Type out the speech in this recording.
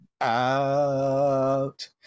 out